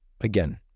again